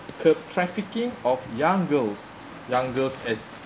curb trafficking of young girls young girls as